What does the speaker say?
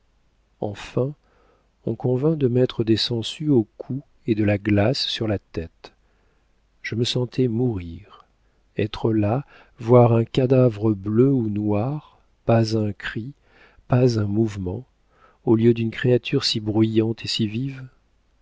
enfin on convint de mettre des sangsues au cou et de la glace sur la tête je me sentais mourir être là voir un cadavre bleu ou noir pas un cri pas un mouvement au lieu d'une créature si bruyante et si vive